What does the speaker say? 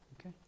Okay